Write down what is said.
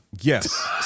Yes